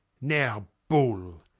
now, bull!